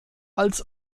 als